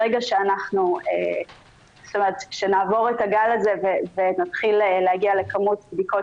ברגע שנעבור את הגל הזה ונתחיל להגיע לכמות בדיקות